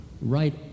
right